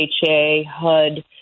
HUD